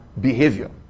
behavior